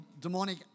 demonic